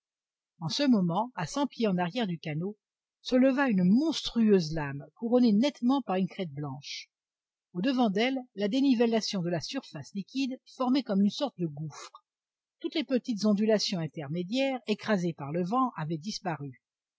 en ce moment à cent pieds en arrière du canot se leva une monstrueuse lame couronnée nettement par une crête blanche audevant d'elle la dénivellation de la surface liquide formait comme une sorte de gouffre toutes les petites ondulations intermédiaires écrasées par le vent avaient disparu